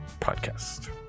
podcast